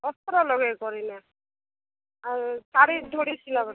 ଅସ୍ତ୍ର ଲଗେଇ କରିଲେ ଆଉ ଶାଢ଼ୀ ଧଡ଼ି ସିଲାବାର